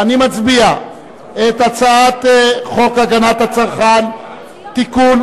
ואנו נצביע על הצעת חוק הגנת הצרכן (תיקון,